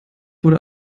wurde